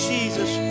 Jesus